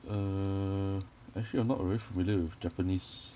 err actually I'm not very familiar with japanese